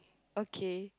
okay